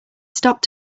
stopped